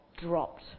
dropped